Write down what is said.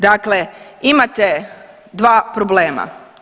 Dakle, imate dva problema.